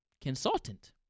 consultant